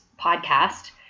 podcast